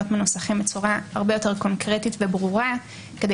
מנוסחים בצורה הרבה יותר קונקרטית וברורה כדי